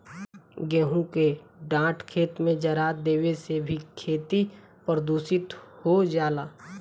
गेंहू के डाँठ खेत में जरा देवे से भी खेती प्रदूषित हो जाला